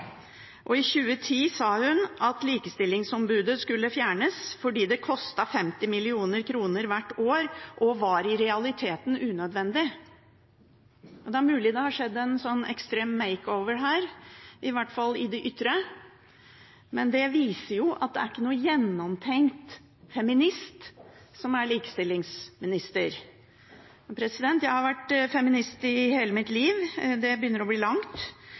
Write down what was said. I 2010 sa hun at likestillingsombudet skulle fjernes fordi det kostet 50 mill. kr hvert år og var i realiteten unødvendig. Det er mulig at det har skjedd en sånn «extreme makeover» her, i hvert fall i det ytre, men det viser jo at det er ikke en gjennomtenkt feminist som er likestillingsminister. Jeg har vært feminist i hele mitt liv – det begynner å bli langt